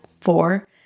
four